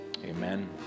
amen